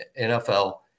NFL